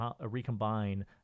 recombine